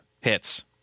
hits